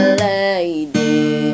lady